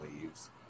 leaves